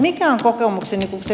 mikä on kokoomuksen ja se